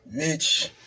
bitch